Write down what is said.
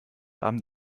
abend